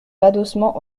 l’adossement